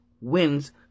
wins